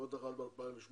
עוד אחת ב-2008,